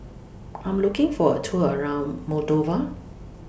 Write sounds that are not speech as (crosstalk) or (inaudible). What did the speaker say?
(noise) I'm looking For A Tour around Moldova